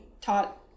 taught